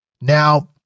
Now